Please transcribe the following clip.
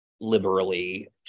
liberally